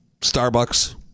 Starbucks